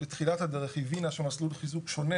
בתחילת הדרך הבינה שמסלול חיזוק שונה